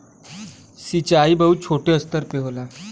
सिंचाई बहुत छोटे स्तर पे होला